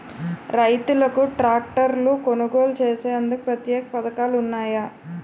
రైతులకు ట్రాక్టర్లు కొనుగోలు చేసేందుకు ప్రత్యేక పథకాలు ఉన్నాయా?